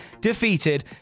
defeated